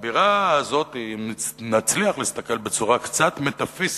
הבירה הזאת, אם נצליח להסתכל בצורה קצת מטאפיזית,